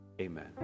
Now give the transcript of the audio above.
amen